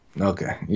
Okay